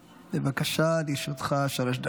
בבקשה, לרשותך שלוש דקות.